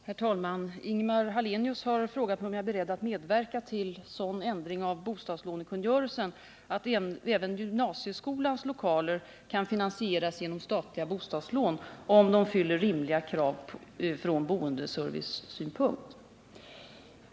Herr talman! Ingemar Hallenius har frågat mig om jag är beredd att medverka till sådan ändring av bostadslånekungörelsen att även gymnasieskolans lokaler kan finansieras genom statliga bostadslån, om de fyller rimliga krav från boendeservicesynpunkt.